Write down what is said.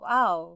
Wow